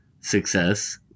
success